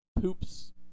poops